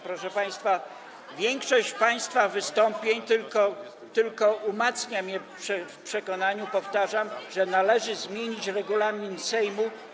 Proszę państwa, większość państwa wystąpień tylko umacnia mnie w przekonaniu, powtarzam, że należy zmienić regulamin Sejmu.